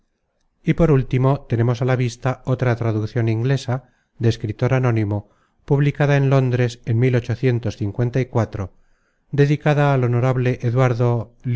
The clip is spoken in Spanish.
y por último tenemos a la vista otra traduccion inglesa de escritor anónimo publicada en londres en dedicada al honorable eduardo